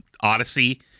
Odyssey